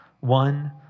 One